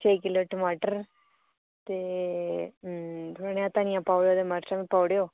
छे किल्लो टमाटर ते थोह्ड़ा जेहा धनियां पाई ओड़ेओ ते हरी मर्चां बी पाई ओड़ेओ